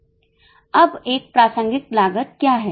अब एक प्रासंगिक लागत क्या है